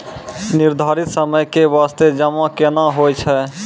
निर्धारित समय के बास्ते जमा केना होय छै?